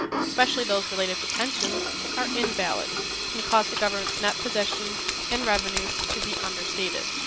especially those related to pensions are invalid and cause the government's net position and revenues to be understated.